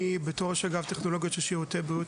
בתור ראש אגף טכנולוגיות רפואיות בשירותי בריאות